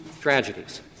tragedies